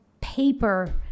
paper